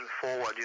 forward